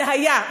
זה היה.